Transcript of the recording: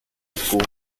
school